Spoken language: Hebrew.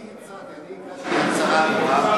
אני מאפשר לך, חבר הכנסת.